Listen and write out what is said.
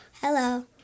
hello